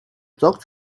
talk